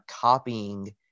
copying